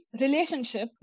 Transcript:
relationship